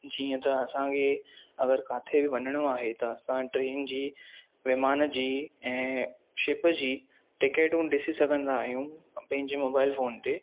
जीअं त असांखे अगरि किथे बि वञिणो आहे त असां ट्रेन जी विमान जी ऐं शिप जी टिकेटूं ॾिसी सघंदा आहियूं पंहिंजे मोबाइल फोन ते